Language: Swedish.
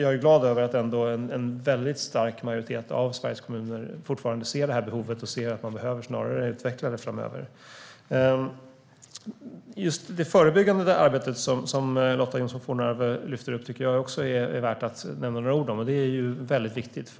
Jag är glad över att en stark majoritet av Sveriges kommuner fortfarande ser behovet av att konsumentvägledningen utvecklas framöver. Det förebyggande arbetet som Lotta Johnsson Fornarve lyfter upp är också värt att nämna. Det är viktigt.